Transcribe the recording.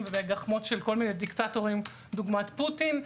ובגחמות של כל מיני דיקטטורים דוגמת פוטין,